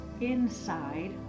inside